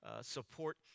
support